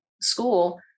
school